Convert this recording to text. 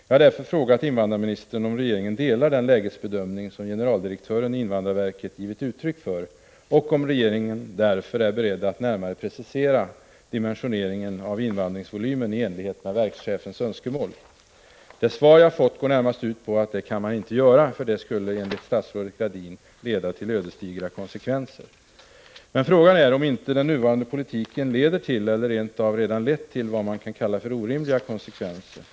Jag har därför frågat invandrarministern om regeringen delar den lägesbedömning som generaldirektören i invandrarverket givit uttryck för och om regeringen därför är beredd att närmare precisera dimensioneringen av invandringsvolymen i enlighet med verkschefens önskemål. Det svar jag fått går närmast ut på att det kan man inte göra, för detta skulle enligt statsrådet Gradin leda till ”ödesdigra konsekvenser”. Men frågan är om inte den nuvarande politiken leder till eller rent av redan lett till vad man kan kalla för orimliga konsekvenser.